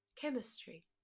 chemistry